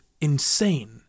insane